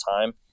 time